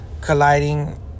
colliding